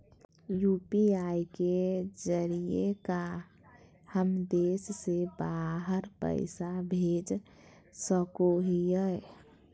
UPI के जरिए का हम देश से बाहर पैसा भेज सको हियय?